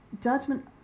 judgment